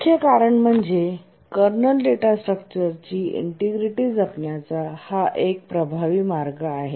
मुख्य कारण म्हणजे कर्नल डेटा स्ट्रक्चरची इंटिग्रिटी जपण्याचा हा एक प्रभावी मार्ग आहे